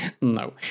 No